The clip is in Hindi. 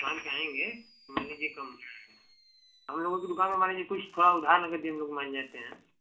दुकान पर आएंगे मान लीजिए कम हो जाएगा हमलोग के दुकान में मान लीजिए कुछ थोड़ा उधार नगदी में मान जाते हैं